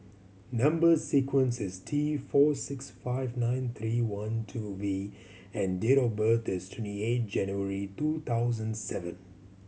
number sequence is T four six five nine three one two V and date of birth is twenty eight January two thousand seven